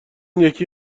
یکی